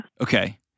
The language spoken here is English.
Okay